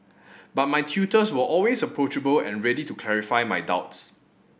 but my tutors were always approachable and ready to clarify my doubts